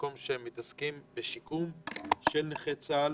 מקום שמתעסק בשיקום של נכי צה"ל.